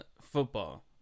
football